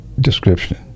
description